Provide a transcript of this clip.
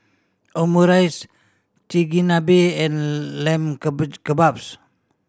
Omurice Chigenabe and Lamb Kebabs